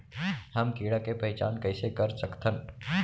हम कीड़ा के पहिचान कईसे कर सकथन